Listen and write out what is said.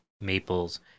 maples